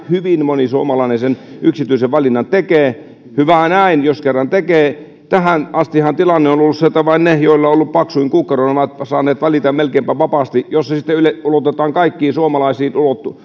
hyvin moni suomalainen sen yksityisen valinnan tekee hyvä näin jos kerran tekee tähän astihan tilanne on ollut se että vain ne joilla on ollut paksuin kukkaro ovat saaneet valita melkeinpä vapaasti jos se sitten ulotetaan kaikkiin suomalaisiin